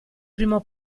primo